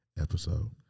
episode